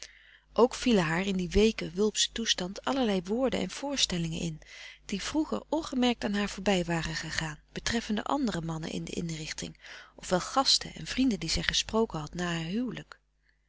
ook vielen haar in dien weeken wulpschen toestand allerlei woorden en voorstellingen in die vroeger ongemerkt aan haar voorbij waren gegaan betreffende andere mannen in de inrichting of wel gasten en vrienden die zij gesproken had na haar huwelijk